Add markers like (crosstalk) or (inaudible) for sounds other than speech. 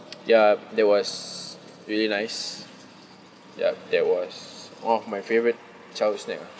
(noise) ya that was really nice yup that was one of my favourite childhood snack ah